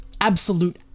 absolute